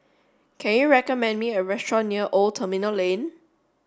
can you recommend me a restaurant near Old Terminal Lane